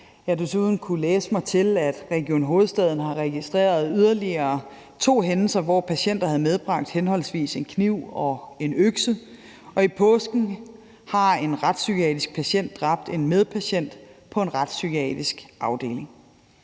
Jeg har desuden kunnet læse mig til, at Region Hovedstaden har registreret yderligere to hændelser, hvor patienter havde medbragt henholdsvis en kniv og en økse. Og i påsken dræbte en retspsykiatrisk patient en medpatient på en retspsykiatrisk afdeling.